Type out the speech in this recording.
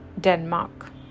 Denmark